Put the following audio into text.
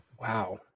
wow